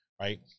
right